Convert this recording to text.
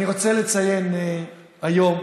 אני רוצה לציין היום,